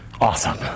Awesome